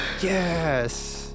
yes